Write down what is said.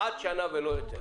עד שנה ולא יותר.